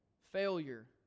Failure